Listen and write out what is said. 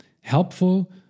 Helpful